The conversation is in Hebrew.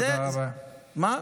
תודה רבה.